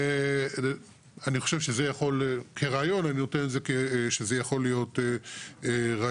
אני חושב שזה, כרעיון, יכול להיות פתרון.